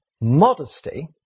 modesty